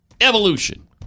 evolution